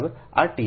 આ t 1